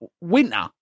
winter